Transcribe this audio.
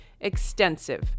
extensive